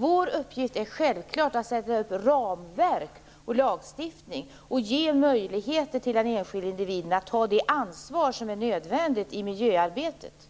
Vår uppgift är självfallet att sätta upp ramverk, stifta lagar och ge den enskilde individen möjlighet att ta det ansvar som är nödvändigt i miljöarbetet.